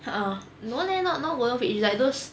uh no leh no not worth it like those